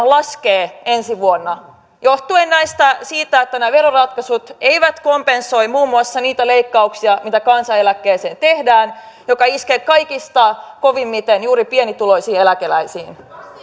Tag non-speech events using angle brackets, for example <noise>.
<unintelligible> laskee ensi vuonna johtuen siitä että nämä veroratkaisut eivät kompensoi muun muassa niitä leikkauksia mitä kansaneläkkeeseen tehdään mikä iskee kaikista kovimmin juuri pienituloisiin eläkeläisiin